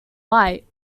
white